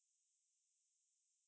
看那个